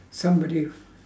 somebody